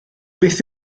beth